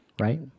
right